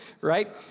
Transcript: right